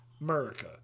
America